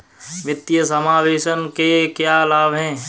वित्तीय समावेशन के क्या लाभ हैं?